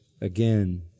again